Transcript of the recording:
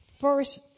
first